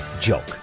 joke